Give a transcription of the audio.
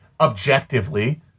objectively